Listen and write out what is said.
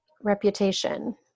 reputation